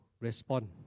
respond